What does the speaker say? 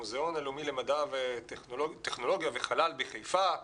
המוזיאון הלאומי למדע וטכנולוגיה וחלל בחיפה,